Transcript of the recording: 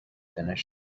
finished